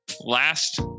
Last